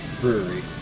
brewery